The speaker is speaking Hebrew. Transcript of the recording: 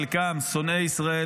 חלקם שונאי ישראל,